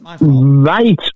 Right